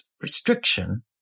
Restriction